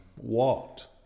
walked